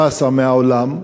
פסה מהעולם.